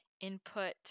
input